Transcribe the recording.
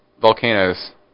volcanoes